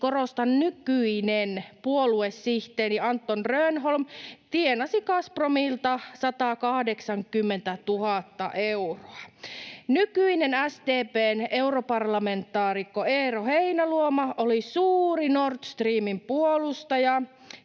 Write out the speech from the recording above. korostan, nykyinen — puoluesihteeri Antton Rönnholm tienasi Gazpromilta 180 000 euroa. Nykyinen SDP:n europarlamentaarikko Eero Heinäluoma oli suuri Nord Streamin puolustaja,